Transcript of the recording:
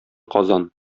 казан